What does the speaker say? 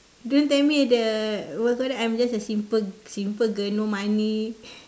don't tell me the what you call that I'm just a simple simple girl no money